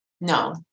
No